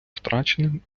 втраченим